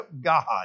God